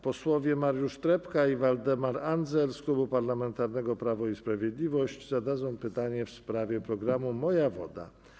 Posłowie Mariusz Trepka i Waldemar Andzel z Klubu Parlamentarnego Prawo i Sprawiedliwość zadadzą pytanie w sprawie programu „Moja woda”